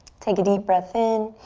take a deep breath in.